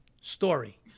story